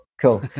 cool